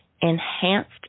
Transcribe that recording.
Enhanced